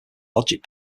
logic